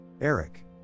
Eric